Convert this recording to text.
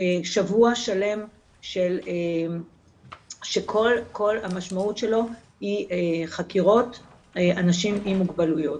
שבוע שלם שכל המשמעות שלו היא חקירות אנשים עם מוגבלויות,